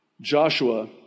Joshua